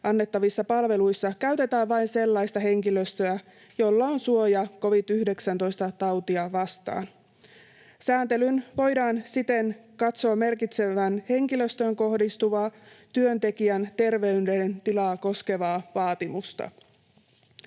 annettavissa palveluissa käytetään vain sellaista henkilöstöä, jolla on suoja covid-19‑tautia vastaan. Sääntelyn voidaan siten katsoa merkitsevän henkilöstöön kohdistuvaa, työntekijän terveydentilaa koskevaa vaatimusta.